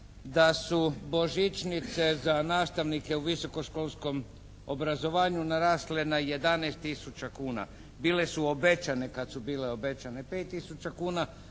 da su božićnice za nastavnike u visokoškolskom obrazovanju narasle na 11 tisuća kuna. Bile su obećane kad su bile obećane 5 tisuća